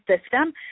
system